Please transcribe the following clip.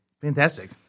fantastic